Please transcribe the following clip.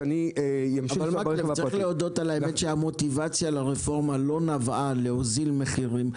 צריך להודות על האמת שהמוטיבציה לרפורמה לא נבעה מהצורך להוזיל מחירים.